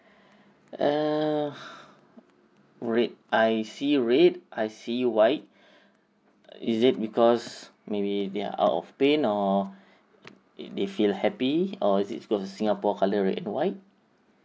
err red I see red I see white it is because maybe they're out of paint or it feel happy or is it because of singapore colour red and white